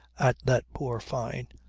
at that poor fyne.